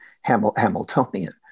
Hamiltonian